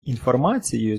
інформацією